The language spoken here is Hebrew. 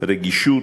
רגישות,